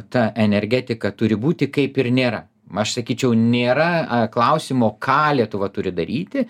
ta energetika turi būti kaip ir nėra aš sakyčiau nėra klausimo ką lietuva turi daryti